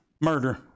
murder